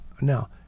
Now